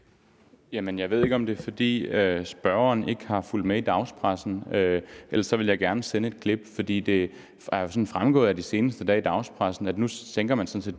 Jeg ved ikke, om det er, fordi spørgeren ikke har fulgt med i dagspressen – ellers vil jeg gerne sende et klip – for det har jo fremgået af dagspressen de seneste dage, at nu sænker man sådan set